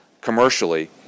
commercially